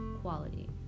quality